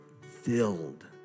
filled